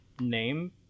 name